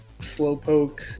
Slowpoke